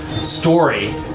story